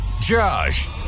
Josh